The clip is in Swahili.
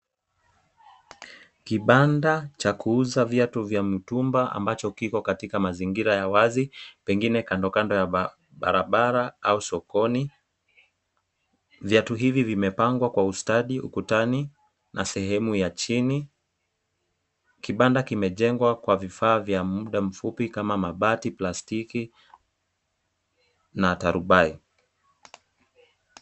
Kibanda cha kuuza viatu vya mutumba ambacho kiko katika mazingira ya wazi, pengine kando kando ya barabara au sokoni viatu hivi vimepangwa kwa ustadi ukutani na sehemu ya chini kibanda kimejengwa kwa vifaa vya muda mfupi kama mabati, plastiki na tarubai.